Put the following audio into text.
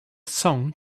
song